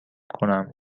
کنم